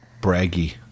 braggy